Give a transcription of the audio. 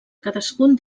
cadascun